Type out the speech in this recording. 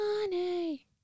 money